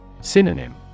Synonym